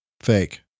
Fake